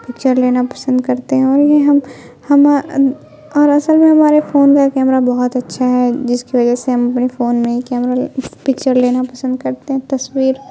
picture لینا پسند کرتے ہیں اور یہ ہم ہم اور اصل میں ہمارے فون کا کیمرہ بہت اچھا ہے جس کی وجہ سے ہم اپنے فون میں ہی کیمرہ پکچر لینا پسند کرتے ہیں تصویر